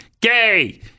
gay